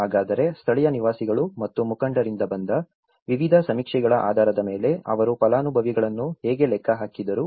ಹಾಗಾದರೆ ಸ್ಥಳೀಯ ನಿವಾಸಿಗಳು ಮತ್ತು ಮುಖಂಡರಿಂದ ಬಂದ ವಿವಿಧ ಸಮೀಕ್ಷೆಗಳ ಆಧಾರದ ಮೇಲೆ ಅವರು ಫಲಾನುಭವಿಗಳನ್ನು ಹೇಗೆ ಲೆಕ್ಕ ಹಾಕಿದರು